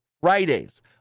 Fridays